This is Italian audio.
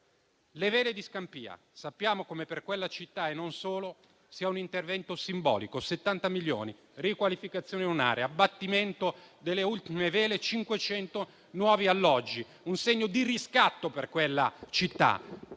le Vele di Scampia. Sappiamo come per quella città, e non solo, sia un intervento simbolico: 70 milioni, la riqualificazione di un'area, l'abbattimento delle ultime vele, 500 nuovi alloggi. Un segno di riscatto per quella città.